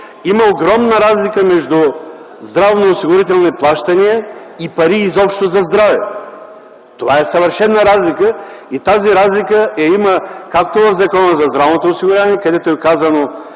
има огромна разлика между здравноосигурителни плащания и пари изобщо за здраве. Това е съвършена разлика и тя съществува както в Закона за здравното осигуряване, където е казано